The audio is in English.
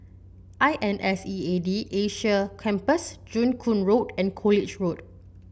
I N S E A D Asia Campus Joo Koon Road and College Road